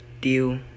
deal